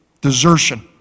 Desertion